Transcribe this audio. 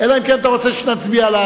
אלא אם כן אתה רוצה שנצביע על,